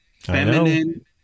feminine